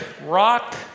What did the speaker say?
rock